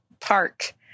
park